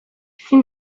ezin